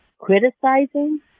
criticizing